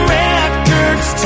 records